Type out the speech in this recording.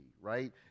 right